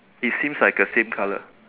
it seems like a same colour